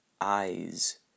Eyes